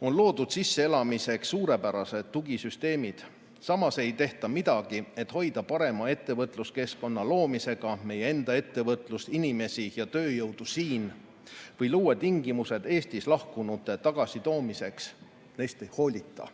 on loodud sisseelamiseks suurepärased tugisüsteemid. Samas ei tehta midagi, et hoida parema ettevõtluskeskkonna loomisega meie enda ettevõtlust, oma inimesi ja tööjõudu siin või luua tingimused Eestist lahkunute tagasitoomiseks. Neist ei hoolita.